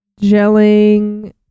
gelling